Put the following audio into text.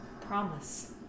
Promise